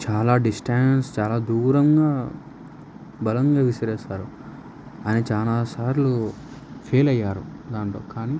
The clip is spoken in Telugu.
చాలా డిస్టెన్స్ చాలా దూరంగా బలంగా విసిరేస్తారు అని చాలా సార్లు ఫెయిల్ అయ్యారు దాంట్లో కానీ